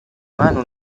mano